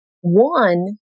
one